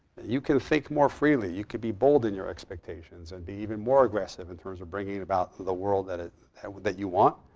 you can think more freely. you can be bold in your expectations and be even more aggressive in terms of bringing about the world that ah that you want.